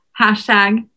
hashtag